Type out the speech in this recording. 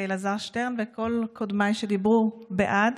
אלעזר שטרן וכל קודמיי שדיברו בעד.